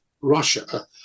russia